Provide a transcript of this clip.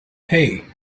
hey